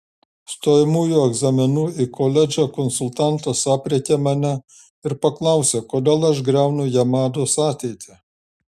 stojamųjų egzaminų į koledžą konsultantas aprėkė mane ir paklausė kodėl aš griaunu jamados ateitį